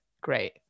Great